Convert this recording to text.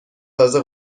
تازه